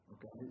Okay